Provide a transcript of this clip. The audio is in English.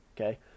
Okay